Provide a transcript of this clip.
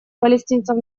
палестинцев